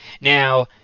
Now